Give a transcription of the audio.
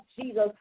Jesus